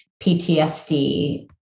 PTSD